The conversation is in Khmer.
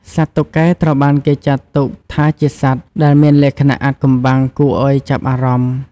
សត្វតុកែត្រូវបានគេចាត់ទុកថាជាសត្វដែលមានលក្ខណៈអាថ៌កំបាំងគួរឲ្យចាប់អារម្មណ៍។